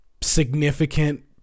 significant